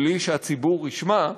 בלי שהציבור ישמע,